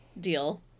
deal